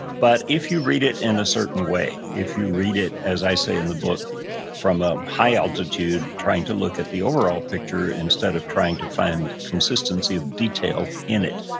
but if you read it in a certain way, if you read it, as i say in the book from a high altitude trying to look at the overall picture instead of trying to find consistency of detail in it,